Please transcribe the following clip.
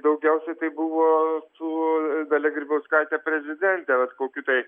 daugiausiai tai buvo su dalia grybauskaite prezidente vat kokių tai